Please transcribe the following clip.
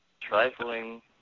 Trifling